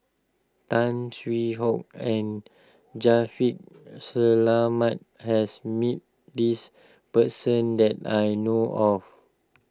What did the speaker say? Tan Hwee Hock and Selamat has met this person that I know of